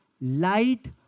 light